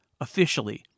officially